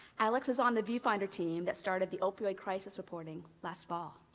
alex was on the viewfinder team that started the opioid crisis reporting last fall.